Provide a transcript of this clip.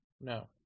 no